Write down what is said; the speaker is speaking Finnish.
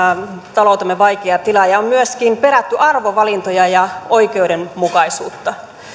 taloutemme vaikea tila ja on myöskin perätty arvovalintoja ja oikeudenmukaisuutta